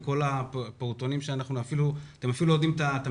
איך מתכוונים לעשות את זה בכל הפעוטונים שאתם אפילו לא יודעים מה מספרם?